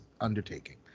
undertaking